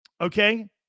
Okay